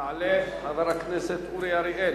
יעלה חבר הכנסת אורי אריאל,